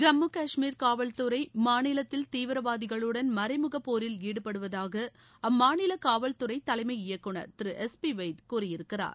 ஜம்மு காஷ்மீர் காவல்துறை மாநிலத்தில் தீவிரவாதிகளுடன் மறைமுக போரில் ஈடுபடுவதாக அம்மாநில காவல்துறை தலைமை இயக்குநர் திரு எஸ் ்பி வெய்த் கூறியிருக்கிறார்